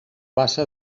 base